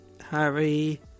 Harry